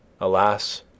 Alas